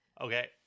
Okay